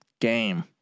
game